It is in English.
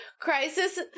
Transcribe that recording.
crisis